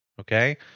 Okay